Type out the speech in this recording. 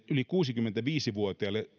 yli kuusikymmentäviisi vuotiaille